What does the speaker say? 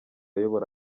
ayobora